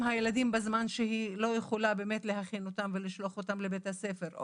הילדים בזמן שהיא לא יכולה באמת להכין אותם ולשלוח אותם לבית הספר.